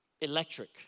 electric